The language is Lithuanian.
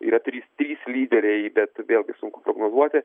yra trys trys lyderiai bet vėlgi sunku prognozuoti